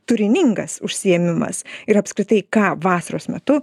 turiningas užsiėmimas ir apskritai ką vasaros metu